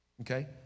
okay